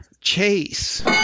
Chase